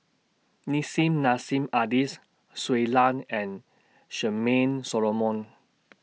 Nissim Nassim Adis Shui Lan and Charmaine Solomon